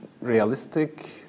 realistic